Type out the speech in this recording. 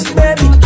baby